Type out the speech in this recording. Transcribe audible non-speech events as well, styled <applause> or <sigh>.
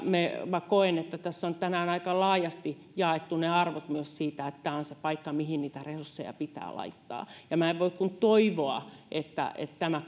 koen että tässä on tänään aika laajasti jaettu arvot myös siitä että tämä on se paikka mihin niitä resursseja pitää laittaa en voi kuin toivoa että tämä <unintelligible>